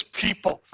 people